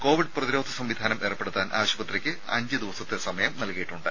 Covid പ്രതിരോധ സംവിധാനം ഏർപ്പെടുത്താൻ ആശുപത്രിയ്ക്ക് അഞ്ച് ദിവസത്തെ സമയം നൽകിയിട്ടുണ്ട്